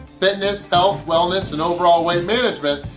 fitness, health, wellness, and overall weight management,